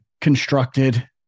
constructed